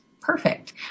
Perfect